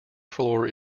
floor